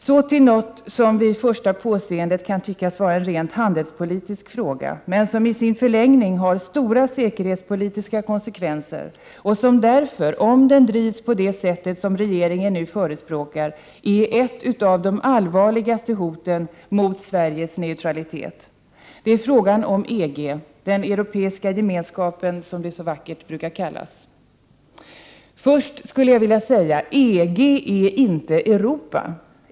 Så till något som vid första påseendet kan tyckas vara en rent handelspolitisk fråga, men som i sin förlängning har stora säkerhetspolitiska konsekvenser och som därför, om den drivs på det sätt som regeringen nu förespråkar, är ett av de allvarligaste hoten mot Sveriges neutralitet. Det är frågan om EG, den Europeiska gemenskapen, som det så vackert brukar kallas. Först vill jag säga: EG är inte Europa.